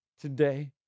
today